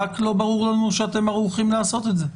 רק לא ברור לנו שאתם ערוכים לעשות את זה.